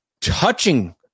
touching